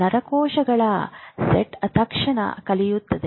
ನರಕೋಶಗಳ set ತಕ್ಷಣ ಕಲಿಯುತ್ತದೆ